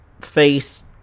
face